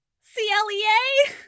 C-L-E-A